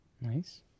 Nice